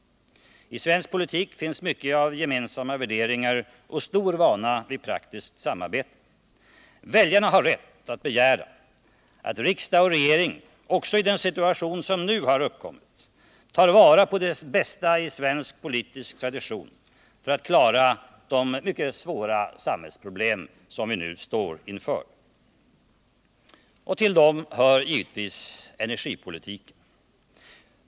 I svensk politik finns mycket av gemensamma värderingar och stor vana vid praktiskt samarbete. Väljarna har rätt att begära att riksdag och regering också i den situation som nu har uppkommit tar vara på det bästa i svensk politisk tradition för att klara de mycket svåra samhällsproblem som vi nu står inför. Dit hör givetvis energipolitiken.